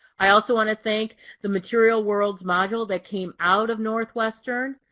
i also want to thank the material worlds module that came out of northwestern.